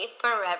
forever